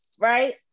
right